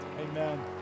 Amen